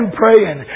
praying